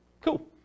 Cool